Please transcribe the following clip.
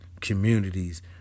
communities